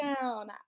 down